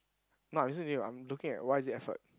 now I'm listening to you I'm looking at why is it effort